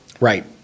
Right